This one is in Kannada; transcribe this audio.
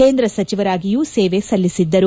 ಕೇಂದ್ರ ಸಚಿವರಾಗಿಯೂ ಸೇವೆ ಸಲ್ಲಿಸಿದ್ದರು